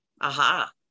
Aha